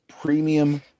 premium